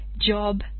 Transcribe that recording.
job